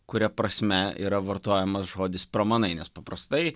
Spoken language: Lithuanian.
kuria prasme yra vartojamas žodis pramanai nes paprastai